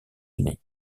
unis